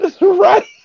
Right